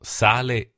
sale